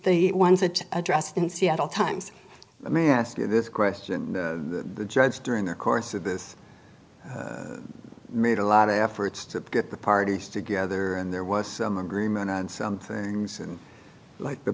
the ones that addressed in seattle times let me ask you this question the judge during the course of this made a lot of efforts to get the parties together and there was some agreement on some things and like the